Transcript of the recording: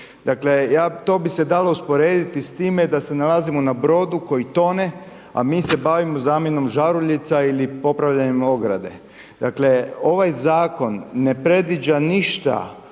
Dakle, to bi se dalo usporediti s time da se nalazimo na brodu koji tome, a mi se bavimo zamjenom žaruljica ili popravljanjem ograde. Dakle, ovaj zakon ne predviđa ništa